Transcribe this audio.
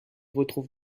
retrouve